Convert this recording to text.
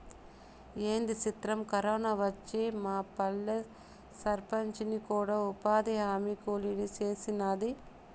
ఏంది సిత్రం, కరోనా వచ్చి మాపల్లె సర్పంచిని కూడా ఉపాధిహామీ కూలీని సేసినాది